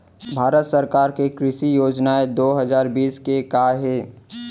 भारत सरकार के कृषि योजनाएं दो हजार बीस के का हे?